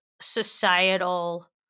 societal